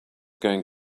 going